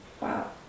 Wow